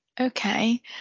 Okay